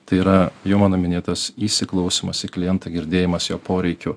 tai yra jau mano minėtas įsiklausymas į klientą girdėjimas jo poreikių